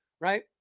right